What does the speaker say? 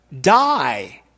die